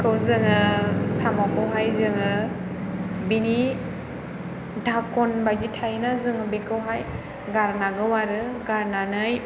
खौ जोङो साम'खौहाय जोङो बिनि धाखन बादि थायोना जोङो बेखौ हाय गारनांगौ आरो गारनानै